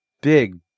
big